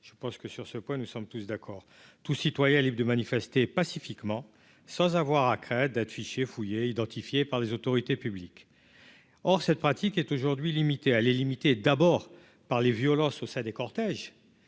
je pense que sur ce point, nous sommes tous d'accord, tout citoyen libres de manifester pacifiquement, sans avoir à que Red Hat fichier fouillé, identifié par les autorités publiques, or cette pratique est aujourd'hui limité à les limiter, d'abord par les violences au sein des cortèges